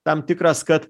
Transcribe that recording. tam tikras kad